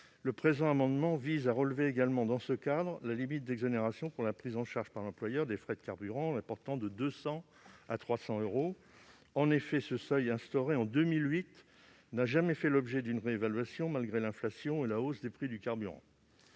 Le présent amendement vise à relever également, dans ce cadre, la limite d'exonération pour la prise en charge par l'employeur des frais de carburant, en la portant de 200 euros à 300 euros. En effet, ce seuil instauré en 2008 n'a jamais fait l'objet d'une réévaluation malgré l'inflation et la hausse des prix du carburant.